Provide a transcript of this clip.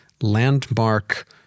landmark